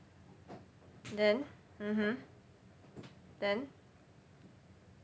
then mmhmm then